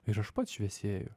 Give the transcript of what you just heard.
ir aš pats šviesėju